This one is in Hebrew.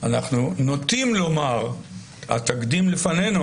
התקדים לפנינו,